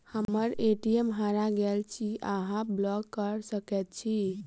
हम्मर ए.टी.एम हरा गेल की अहाँ ब्लॉक कऽ सकैत छी?